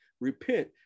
repent